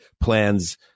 plans